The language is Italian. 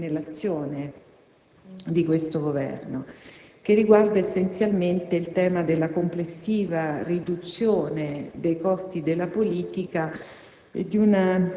ha colto e ha ricordato un aspetto fortemente presente nelle premesse e nell'azione